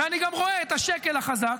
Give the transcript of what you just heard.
ואני גם רואה את השקל החזק.